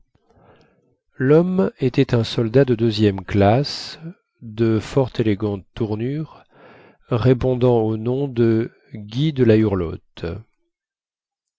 lhomme était un soldat de deuxième classe de fort élégante tournure répondant au nom de guy de la hurlotte